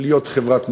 להיות חברת מופת,